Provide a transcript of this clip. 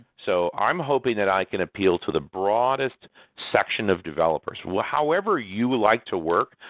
so i'm hoping that i can appeal to the broadest section of developers. however you would like to work,